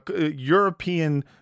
European